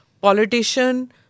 Politician